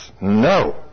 No